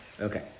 Okay